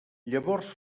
llavors